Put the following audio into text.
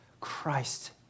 Christ